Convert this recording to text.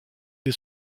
des